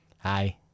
Hi